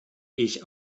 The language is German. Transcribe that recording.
ich